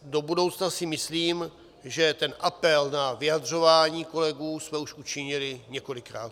Do budoucna si myslím, že ten apel na vyjadřování kolegů jsme už učinili několikrát.